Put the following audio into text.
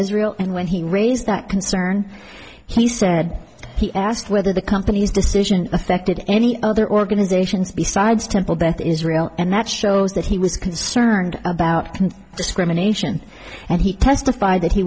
israel and when he raised that concern he said he asked whether the company's decision affected any other organizations besides temple beth israel and that shows that he was concerned about discrimination and he testified that he